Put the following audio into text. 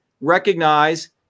recognize